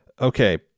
Okay